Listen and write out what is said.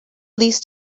least